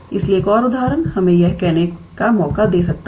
इसलिए एक और उदाहरण हमें यह कहने का मौका दे सकता है